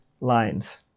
lines